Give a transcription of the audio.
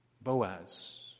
Boaz